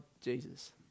jesus